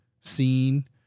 seen